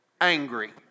angry